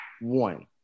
One